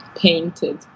painted